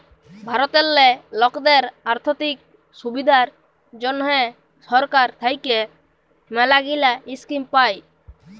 ভারতেল্লে লকদের আথ্থিক সুবিধার জ্যনহে সরকার থ্যাইকে ম্যালাগিলা ইস্কিম পায়